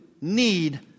need